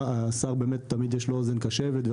לשר תמיד יש אוזן קשבת,